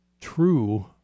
true